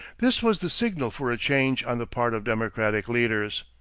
this was the signal for a change on the part of democratic leaders.